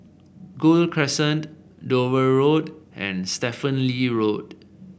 Gul Crescent Dover Road and Stephen Lee Road